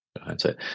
hindsight